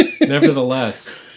Nevertheless